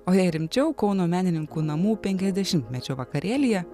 o jei rimčiau kauno menininkų namų penkiasdešimtmečio vakarėlyje